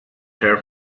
her